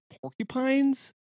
porcupines